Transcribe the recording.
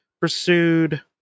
pursued